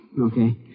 Okay